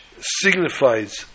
signifies